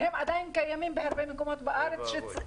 והם עדין קיימים בהרבה מקומות בארץ,